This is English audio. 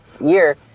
year